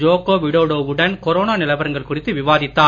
Joko Widodo வுடன் corona நிலவரங்கள் குறித்து விவாதித்தார்